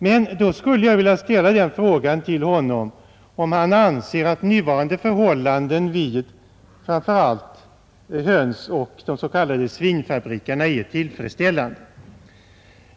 Men då skulle jag vilja ställa den frågan till herr Hansson, om han anser att nuvarande förhållanden vid framför allt de s.k. hönsoch svinfabrikerna är tillfredsställande.